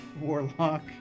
Warlock